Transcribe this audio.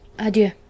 Adieu